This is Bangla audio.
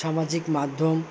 সামাজিক মাধ্যম